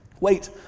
Wait